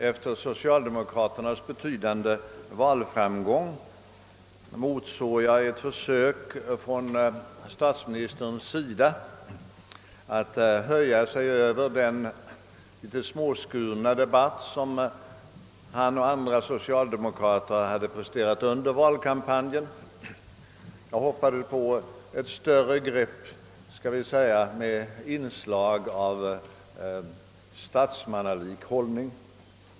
Efter socialdemokraternas betydande valframgång motsåg jag ett försök från statsministern att höja sig över den litet småskurna debatt som han och andra socialdemokrater hade presterat under valkampanjen. Jag hoppades på ett större grepp med inslag av, skall vi säga, statsmannalik hållning.